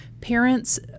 parents